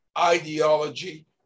ideology